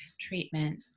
treatment